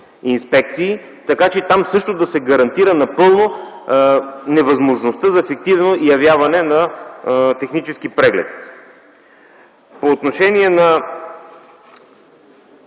инспекции, така че там също да се гарантира напълно невъзможността за фиктивно явяване на технически преглед. По отношение на